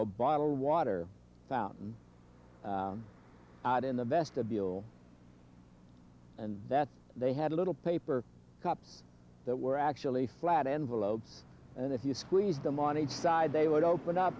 a bottled water fountain out in the vestibule and that they had a little paper cups that were actually flat envelopes and if you squeeze them on each side they would open up